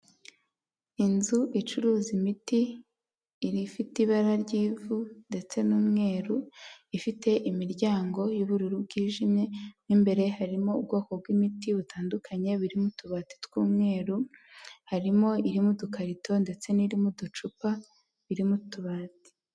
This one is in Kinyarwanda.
Inzu icuruza imiti, ifite ibara ry'ivu ndetse n'umweru, ifite imiryango y'ubururu bwijimye, mo imbere harimo ubwoko bw'imiti butandukanye, biri mu tubati tw'umweru, harimo iri mu dukarito ndetse n'iri mu ducupa, biri mu tubati.